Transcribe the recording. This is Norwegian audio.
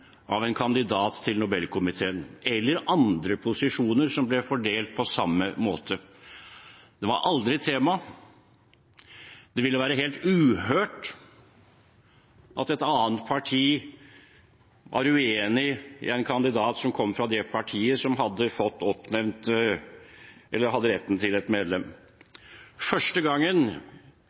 av en kandidat til Nobelkomiteen eller til andre posisjoner som ble fordelt på samme måte. Det var aldri et tema. Det ville vært helt uhørt at et annet parti var uenig i oppnevnelsen av en kandidat fra det partiet som hadde rett til å få et medlem. Første